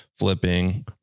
flipping